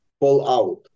fallout